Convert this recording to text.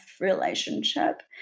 relationship